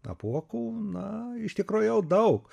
apuokų na iš tikro jau daug